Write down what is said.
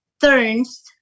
turns